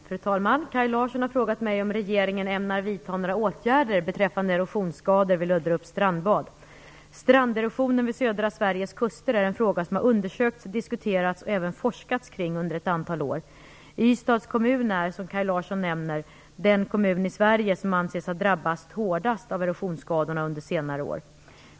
Fru talman! Kaj Larsson har frågat mig om regeringen ämnar vidta några åtgärder beträffande erosionsskador vid Löderups strandbad. Stranderosionen vid södra Sveriges kuster är en fråga som har undersökts, diskuterats och även forskats kring under ett antal år. Ystads kommun är, som Kaj Larsson nämner, den kommun i Sverige som anses ha drabbats hårdast av erosionsskadorna under senare år.